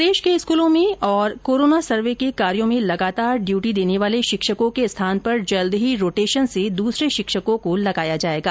प्रदेश के स्कूलों में और कोरोना सर्वे को कार्यो में लगातार ड्यूटी देने वाले शिक्षकों के स्थान पर जल्द ही रोटेशन से दूसरे शिक्षकों को लगाया जाएगा